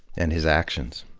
and his actions.